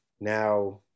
now